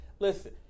Listen